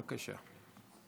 בבקשה.